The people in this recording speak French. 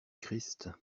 christ